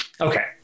okay